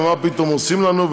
ומה פתאום עושים לנו,